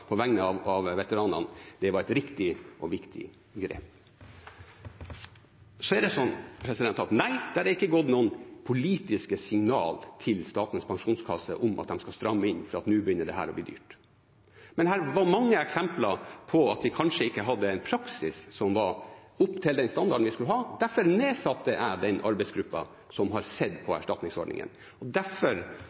på vegne av veteranene, var et riktig og viktig grep. Nei, det har ikke gått noen politiske signaler til Statens pensjonskasse om at de skal stramme inn for nå begynner dette å bli dyrt. Men her var mange eksempler på at vi kanskje ikke hadde en praksis som var opp til den standarden vi skulle ha. Derfor nedsatte jeg den arbeidsgruppen som har sett på erstatningsordningen. Derfor tok vi med det av det arbeidet vi rakk i veteranmeldingen, og derfor